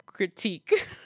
critique